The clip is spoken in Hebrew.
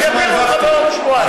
הם יפילו לך בעוד שבועיים.